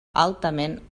altament